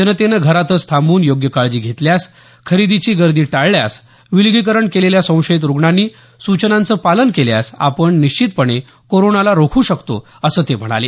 जनतेनं घरातच थांबून योग्य काळजी घेतल्यास खरेदीची गर्दी टाळल्यास विलगीकरण केलेल्या संशयित रुग्णांनी सूचनांचं पालन केल्यास आपण निश्चितपणे कोरोनाला रोखू शकतो असं ते म्हणाले